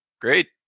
great